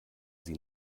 sie